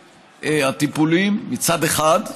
הטיפולים, מצד אחד,